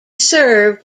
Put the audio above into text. served